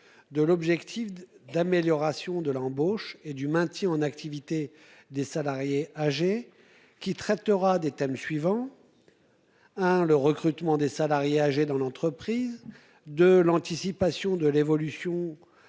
de l'objectif de d'amélioration de l'embauche et du maintien en activité des salariés âgés qui traitera des thèmes suivants. Hein. Le recrutement des salariés âgés dans l'entreprise de l'anticipation de l'évolution.